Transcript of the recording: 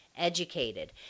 educated